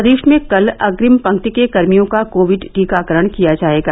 प्रदेश में कल अप्रिम पंक्ति के कर्मियों का कोविड टीकाकरण किया जायेगा